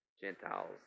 Gentiles